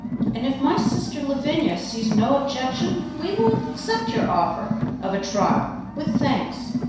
and if my sister lavinia sees no objection we will accept your offer of a trial, with thanks.